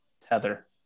Tether